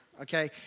okay